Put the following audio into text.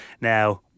Now